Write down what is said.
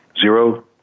Zero